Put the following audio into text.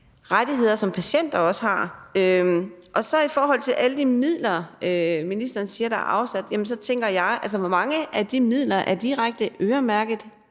rettigheder, som patienter også har? I forhold til alle de midler, ministeren siger der er afsat, så tænker jeg: Hvor mange af de midler er direkte øremærket